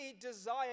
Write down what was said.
desire